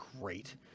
great